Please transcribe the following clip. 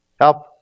Help